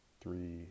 three